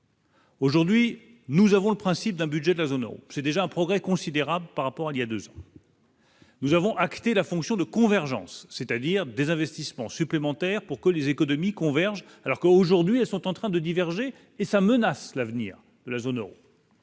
Aujourd'hui, nous avons le principe d'un budget de la zone Euro, c'est déjà un progrès considérable par rapport à il y a 2. Nous avons acté la fonction de convergence, c'est-à-dire des investissements supplémentaires pour que les économies convergent alors qu'aujourd'hui elles sont en train de diverger et ça menace l'avenir de la zone Euro,